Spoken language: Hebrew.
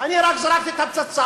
אני רק זרקתי את הפצצה,